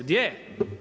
Gdje je?